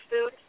food